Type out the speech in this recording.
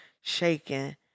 shaking